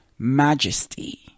majesty